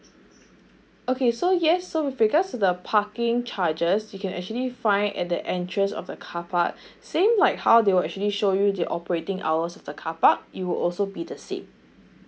okay so yes so with regards to the parking charges you can actually find at the entrance of the car park same like how they will actually show you the operating hours of the car park it will also be the same